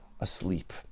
asleep